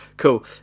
Cool